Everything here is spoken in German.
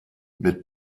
mit